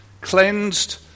cleansed